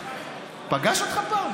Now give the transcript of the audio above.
הוא פגש אותך פעם?